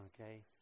Okay